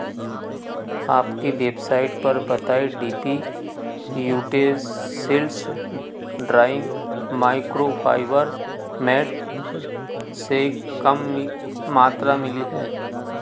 आपकी बेबसाइट पर बताई D P utensils drying microfibre mat से कम मात्रा मिली है